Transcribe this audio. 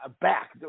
back